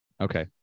Okay